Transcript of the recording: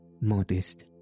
modest